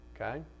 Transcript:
Okay